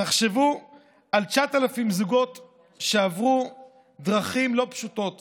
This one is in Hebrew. תחשבו על 9,000 זוגות שעברו דרכים לא פשוטות וייסורים,